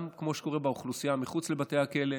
גם, כמו שקורה באוכלוסייה מחוץ לבתי הכלא,